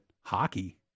hockey